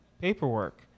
paperwork